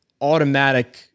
automatic